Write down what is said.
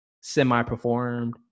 semi-performed